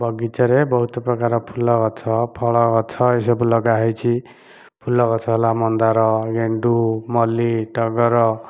ବଗିଚାରେ ବହୁତ ପ୍ରକାର ଫୁଲ ଗଛ ଫଳ ଗଛ ଏଇ ସବୁ ଲଗା ହୋଇଛି ଫୁଲ ଗଛ ହେଲା ମନ୍ଦାର ଗେଣ୍ଡୁ ମଲ୍ଲି ଟଗର